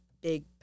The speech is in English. big